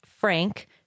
Frank